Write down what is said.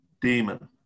Demon